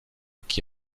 qui